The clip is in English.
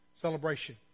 Celebration